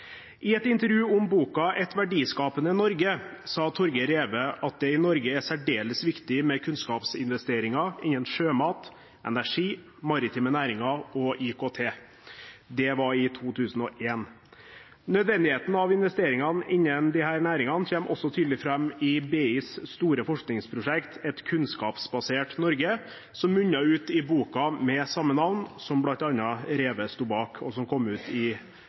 I et intervju om boken «Et verdiskapende Norge» sa Torgeir Reve at det i Norge er særdeles viktig med kunnskapsinvesteringer innen sjømat, energi, maritime næringer og IKT. Det var i 2001. Nødvendigheten av investeringene innen disse næringene kommer også tydelig fram i BIs store forskningsprosjekt «Et kunnskapsbasert Norge», som munnet ut i boken med samme navn, som bl.a. Reve sto bak, og som kom ut i